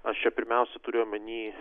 aš čia pirmiausia turiu omeny